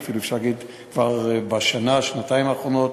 אפשר להגיד כבר בשנה-שנתיים האחרונות.